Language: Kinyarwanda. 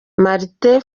martin